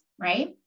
right